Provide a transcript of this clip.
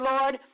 Lord